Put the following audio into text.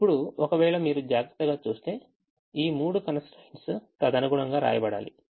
ఇప్పుడు ఒకవేళ మీరు జాగ్రత్తగా చూస్తే ఈ మూడు constraints తదనుగుణంగా వ్రాయబడాలి